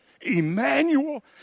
Emmanuel